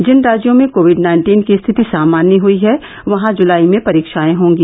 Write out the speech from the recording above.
जिन राज्यों में COVID nineteen की स्थिति सामान्य हई है वहां जुलाई में परीक्षाएं होंगी